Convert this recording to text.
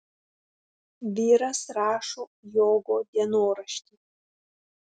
vyras rašo jogo dienoraštį